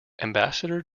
ambassador